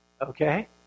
Okay